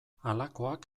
halakoak